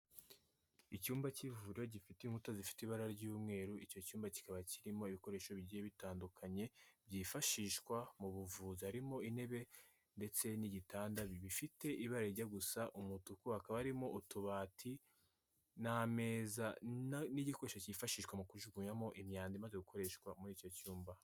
Icyumba cy'ivuriro gifite inkuta zifite ibara ry'umweru, icyo cyumba kikaba kirimo ibikoresho bigiye bitandukanye byifashishwa mu buvuzi, harimo intebe ndetse n'igitanda, bifite ibara rijya gusa umutuku, hakaba harimo utubati n'ameza n'igikoresho cyifashishwa mu kujugunyamo imyanda imaze gukoreshwa muri icyo cyumba.